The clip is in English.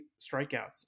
strikeouts